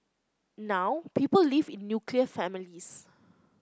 now people live in nuclear families